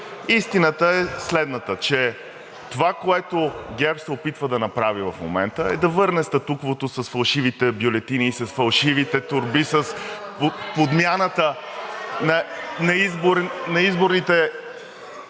Истината е следната – че това, което ГЕРБ се опитва да направи в момента, е да върне статуквото с фалшивите бюлетини и с фалшивите торби (реплики от